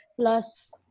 Plus